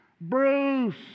Bruce